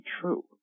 true